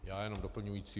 Já jenom doplňující.